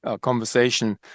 conversation